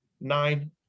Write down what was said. nine